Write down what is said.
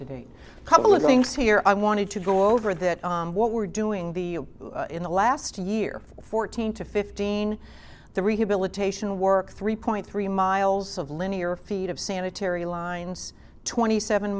to date couple of things here i wanted to go over that what we're doing the in the last year fourteen to fifteen the rehabilitation work three point three miles of linear feet of sanitary lines twenty seven